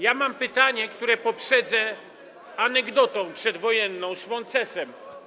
Ja mam pytanie, które poprzedzę anegdotą przedwojenną, szmoncesem.